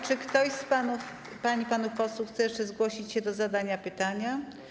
Czy ktoś z pań i panów posłów chce jeszcze zgłosić się do zadania pytania?